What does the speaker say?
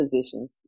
positions